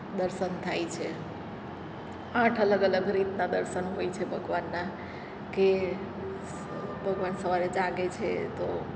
દર્શન થાય છે આઠ અલગ અલગ રીતનાં દર્શન હોય છે ભગવાનનાં કે ભગવાન સવારે જાગે છે તો